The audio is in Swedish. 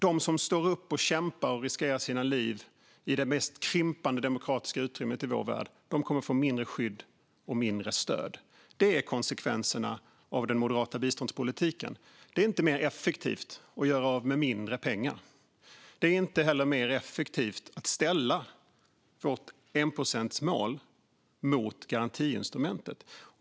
De som står upp och kämpar och riskerar sina liv i det krympande demokratiska utrymmet i vår värld kommer att få mindre skydd och stöd. Det är konsekvenserna av den moderata biståndspolitiken. Det är heller inte mer effektivt att göra av med mindre pengar. Det är inte heller mer effektivt att ställa vårt enprocentsmål mot garantiinstrumentet.